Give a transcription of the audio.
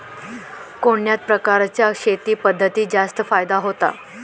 कोणत्या प्रकारच्या शेती पद्धतीत जास्त फायदा होतो?